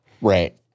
right